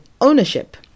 ownership